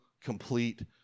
complete